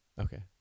okay